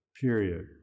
period